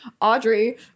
Audrey